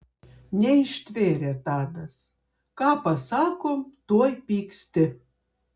neištvėrė tadas ką pasakom tuoj pyksti